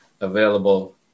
available